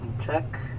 check